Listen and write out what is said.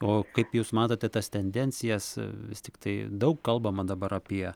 o kaip jūs matote tas tendencijas vis tiktai daug kalbama dabar apie